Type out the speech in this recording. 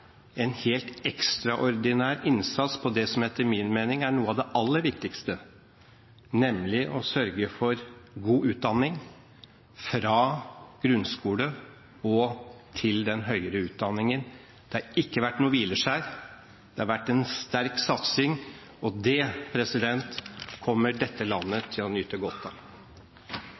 en helt ekstraordinær innsats på det som etter min mening er noe av det aller viktigste, nemlig å sørge for god utdanning fra grunnskole til høyere utdanning. Det har ikke vært noe hvileskjær, det har vært en sterk satsing, og det kommer dette landet til å nyte godt av.